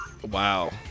Wow